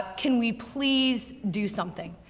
can we please do something,